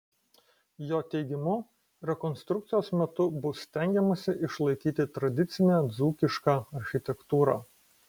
jo teigimu rekonstrukcijos metu bus stengiamasi išlaikyti tradicinę dzūkišką architektūrą